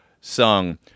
sung